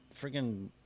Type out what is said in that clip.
freaking